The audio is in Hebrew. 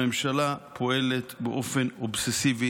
הממשלה פועלת באופן אובססיבי